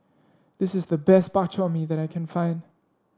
this is the best Bak Chor Mee that I can find